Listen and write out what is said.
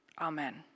Amen